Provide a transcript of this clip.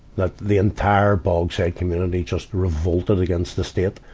like the entire bogside community just revolted against the state,